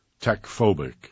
tech-phobic